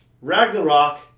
Ragnarok